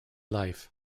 life